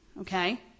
okay